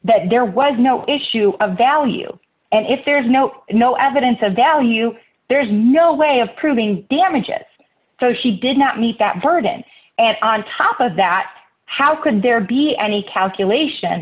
that there was no issue of value and if there is no no evidence of value there is no two way of proving damages so she did not meet that burden and on top of that how could there be any calculation